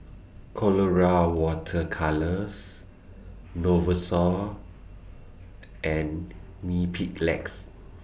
Colora Water Colours Novosource and Mepilex